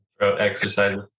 exercises